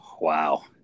Wow